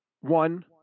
One